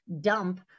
dump